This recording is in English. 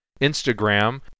Instagram